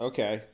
Okay